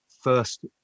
first